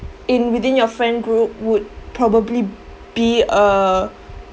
in within your friend group would probably be a